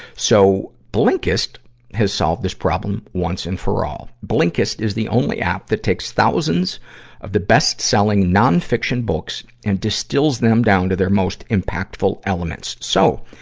so, blinkist has solved this problem once and for all. blinkist is the only app that takes thousands of the best-selling non-fiction books and distills them down to their most impactful elements. so,